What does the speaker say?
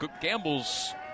Gamble's